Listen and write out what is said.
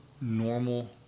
normal